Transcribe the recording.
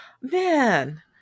man